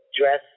dress